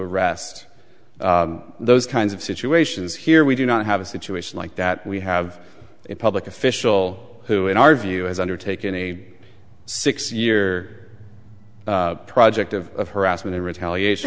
arrest those kinds of situations here we do not have a situation like that we have a public official who in our view has undertaken a six year project of harassment in retaliation